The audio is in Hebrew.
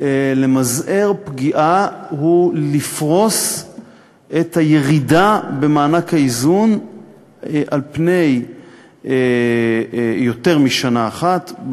למזער פגיעה הוא לפרוס את הירידה במענק האיזון על פני יותר משנה אחת,